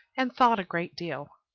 and thought a great deal.